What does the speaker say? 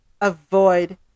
avoid